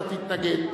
אתה תתנגד.